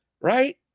right